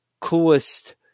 coolest